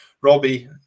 Robbie